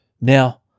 Now